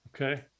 Okay